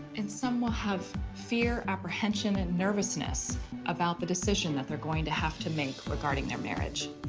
and some will have fear, apprehension, and nervousness about the decision that they're going to have to make regarding their marriage.